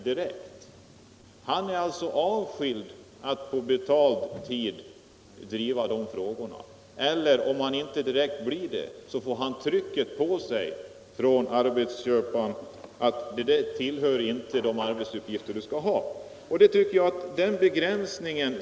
För = Facklig förtroendetroendemannen blir alltså avskild från att på betald arbetstid bedriva mans ställning på sin verksamhet, eller om han inte direkt blir det så får han trycket från arbetsplatsen arbetsköparen på sig att inte engagera sig i vissa frågor som inte direkt berör arbetsplatsen.